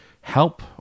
help